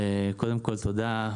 קודם כל, תודה.